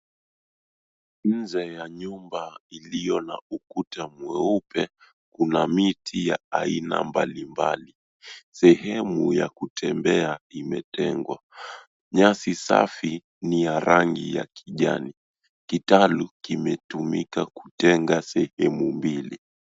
Nje ya nyumba iliyo na ukuta mweupe kuna miti ya aina mbalimbali. Sehemu ya kutembea imetengwa. Nyasi safi ni ya rangi ya kijani. Kitalu kimetumika kutenga sehemu mbili.